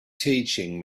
teaching